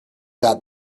that